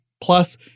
Plus